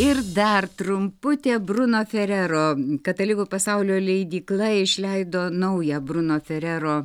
ir dar trumputė bruno ferero katalikų pasaulio leidykla išleido naują bruno ferero